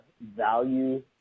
value